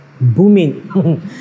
Booming